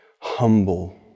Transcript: humble